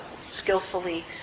skillfully